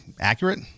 accurate